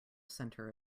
center